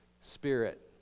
Spirit